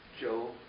Joe